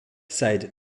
side